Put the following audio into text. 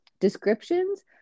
descriptions